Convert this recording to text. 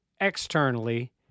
externally